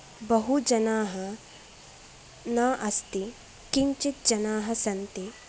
बहु जनाः न अस्ति किञ्चित् जनाः सन्ति